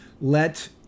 let